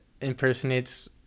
impersonates